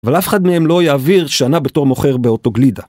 אבל אף אחד מהם לא יעביר שנה בתור מוכר באוטוגלידה.